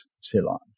Ceylon